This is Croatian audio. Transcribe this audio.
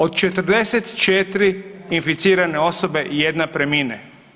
Od 44 inficirane osobe, jedna premine.